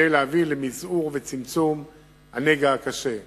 כדי להביא למזעור ולצמצום של הנגע הקשה הזה.